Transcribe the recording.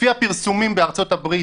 לפי הפרסומים בארצות הברית,